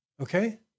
Okay